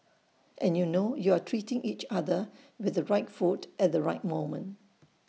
and you know you are treating each other with the right food at the right moment